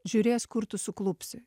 žiūrės kur tu suklupsi